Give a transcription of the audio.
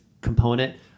component